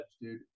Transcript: dude